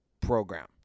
program